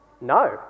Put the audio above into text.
no